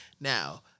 Now